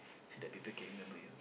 so that people can remember you